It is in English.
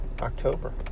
October